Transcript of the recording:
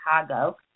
Chicago